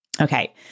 Okay